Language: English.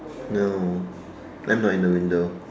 no I'm not in the window